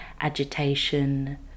agitation